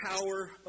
power